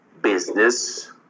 business